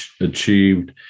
achieved